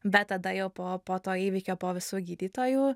bet tada jau po po to įvykio po visų gydytojų